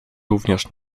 również